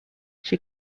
she